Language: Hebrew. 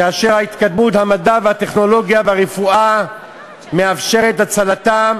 כאשר התקדמות המדע והטכנולוגיה והרפואה מאפשרת הצלתם